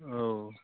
औ